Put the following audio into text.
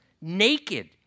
naked